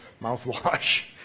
mouthwash